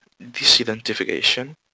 disidentification